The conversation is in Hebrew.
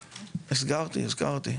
הזכרתי.